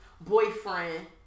boyfriend